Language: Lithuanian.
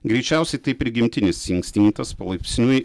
greičiausiai tai prigimtinis instinktas palaipsniui